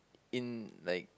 in like